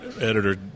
editor